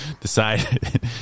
decide